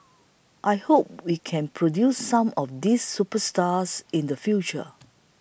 I hope we can produce some of these superstars in the future